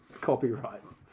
copyrights